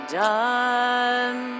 done